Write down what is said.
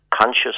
conscious